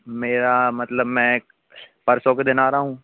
मेरा मतलब मैं परसों के दिन आ रहा हूँ